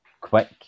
quick